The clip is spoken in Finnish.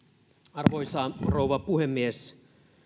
arvoisa rouva puhemies